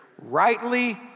rightly